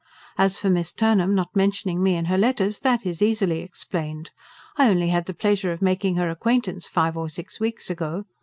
as for miss turnham not mentioning me in her letters, that is easily explained. i only had the pleasure of making her acquaintance five or six weeks ago.